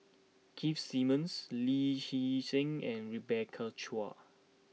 Keith Simmons Lee Hee Seng and Rebecca Chua